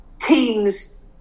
teams